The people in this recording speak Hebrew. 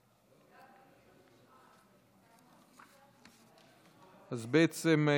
אז בעצם,